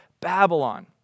Babylon